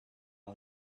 how